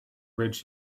bridge